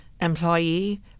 employee